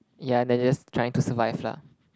ya they are just trying to survive lah